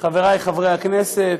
חברי חברי הכנסת,